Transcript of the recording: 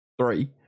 three